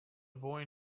boy